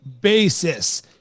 basis